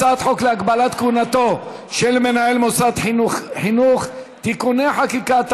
הצעת חוק להגבלת כהונתו של מנהל מוסד חינוך (תיקוני חקיקה),